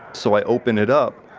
so i open it up,